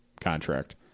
contract